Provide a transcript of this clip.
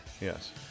Yes